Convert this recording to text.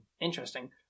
Interesting